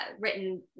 written